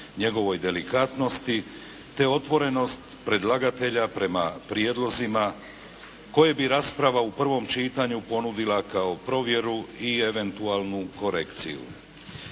njegovoj delikatnosti te otvorenost predlagatelja prema prijedlozima koje bi rasprava u prvom čitanju ponudila kao provjeru i eventualnu korekciju.